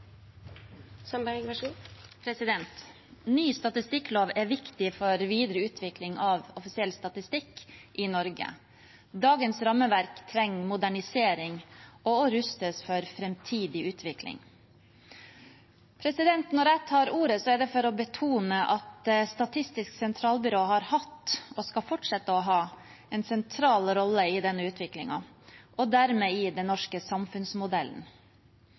viktig for videre utvikling av offisiell statistikk i Norge. Dagens rammeverk trenger modernisering og å rustes for framtidig utvikling. Når jeg tar ordet, er det for å betone at Statistisk sentralbyrå har hatt og skal fortsette å ha en sentral rolle i denne utviklingen – og dermed i den norske samfunnsmodellen.